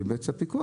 והפיקוח,